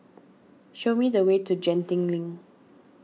show me the way to Genting Link